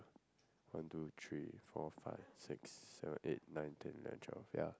one two three four five six seven eight nine ten eleven twelve yeah